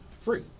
free